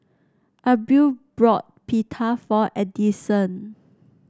Abril bought Pita for Addyson